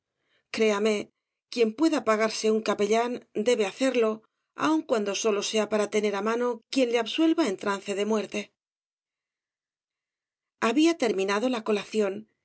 créame quien pueda pagarse un capellán debe hacerlo aun cuando sólo sea para tener á mano quien le absuelva en trance de muerte tos obras de valle inclan gs había terminado la colación